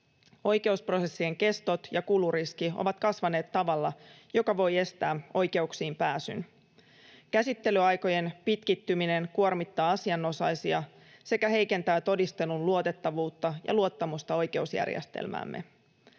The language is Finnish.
Oi-keusprosessien kestot ja kuluriski ovat kasvaneet tavalla, joka voi estää oikeuksiin pääsyn. Käsittelyaikojen pitkittyminen kuormittaa asianosaisia sekä heikentää todistelun luotettavuutta ja luottamusta oikeusjärjestelmäämme.